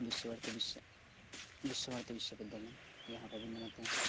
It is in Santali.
ᱵᱤᱥᱥᱚ ᱵᱷᱟᱨᱚᱛᱤ ᱵᱤᱥᱥᱚ ᱵᱤᱥᱥᱚ ᱵᱷᱟᱨᱚᱛᱤ ᱵᱤᱥᱥᱚ ᱵᱤᱫᱽᱫᱟᱞᱚᱭ ᱡᱟᱦᱟᱸ ᱫᱚ ᱨᱚᱵᱤᱱᱫᱽᱨᱚ ᱱᱟᱛᱷ ᱮ